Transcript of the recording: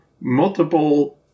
multiple